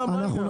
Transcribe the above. מה העניין?